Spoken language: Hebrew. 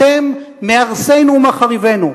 אתם מהרסינו ומחריבינו.